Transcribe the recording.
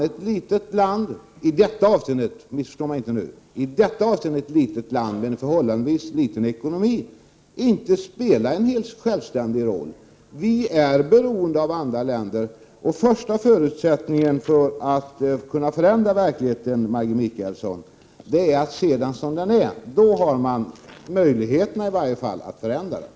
Ett i detta avseende — missförstå mig inte här — litet land med en förhållandevis liten ekonomi kan alltså inte agera helt självständigt. Vi är beroende av andra 13 länder. Den främsta förutsättningen för att kunna förändra verkligheten, Maggi Mikaelsson, är att vi ser denna sådan den är. Då finns det i varje fall möjligheter att åstadkomma en förändring.